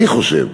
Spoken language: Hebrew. אני חושב,